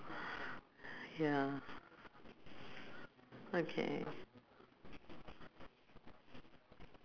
uh because the uh in toa payoh is uh hawker centre [what] hawker centre the their rental is cheaper [what]